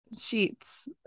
sheets